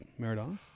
Maradona